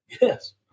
yes